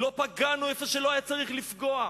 לא פגענו איפה שלא היה צריך לפגוע,